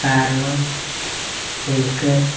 കാരണം എനിക്ക്